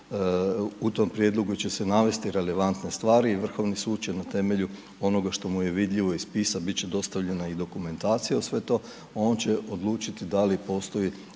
u tom prijedlogu će se navesti relevantne stvari i Vrhovni sud će na temelju, onoga što mu je vidljivo iz spisa, biti će dostavljena i dokumentacija uz sve to. On će odlučiti da li postoje